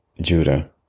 Judah